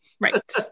Right